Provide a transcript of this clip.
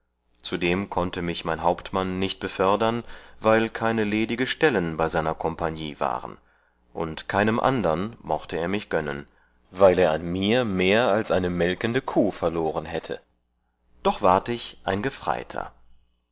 zudem konnte mich mein hauptmann nicht befördern weil keine ledige stellen bei seiner kompagnie waren und keinem andern mochte er mich gönnen weil er an mir mehr als eine melkende kuhe verloren hätte doch ward ich ein gefreiter